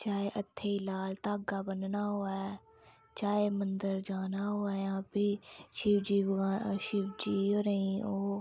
चाहें हत्थें गी लाल धागा बनना होऐ चाहें मंदर जाना होऐ जां फ्ही शिवजी भगवान शिवजी होरें गी ओह्